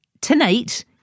tonight